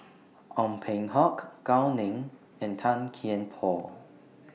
Ong Peng Hock Gao Ning and Tan Kian Por